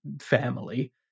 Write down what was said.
family